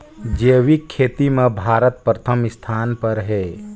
जैविक खेती म भारत प्रथम स्थान पर हे